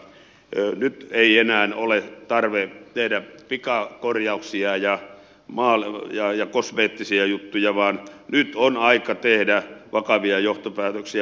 nyt ei enää ole tarve tehdä pikakorjauksia ja kosmeettisia juttuja vaan nyt on aika tehdä vakavia johtopäätöksiä